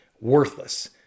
worthless